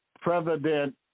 President